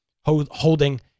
holding